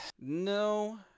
No